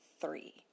three